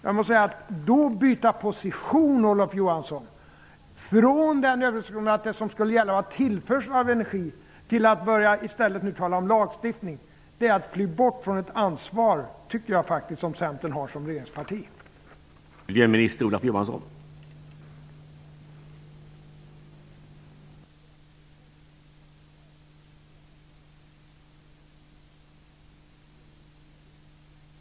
Att då byta position, Olof Johansson, från den överenskommelse om tillförsel av energi som skulle gälla till att nu i stället börja tala om lagstiftning är att fly bort från ett ansvar som jag tycker att Centern som regeringsparti faktiskt har.